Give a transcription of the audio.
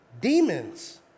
Demons